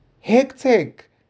Hectic